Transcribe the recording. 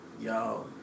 Yo